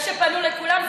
זה שפנו לכולם,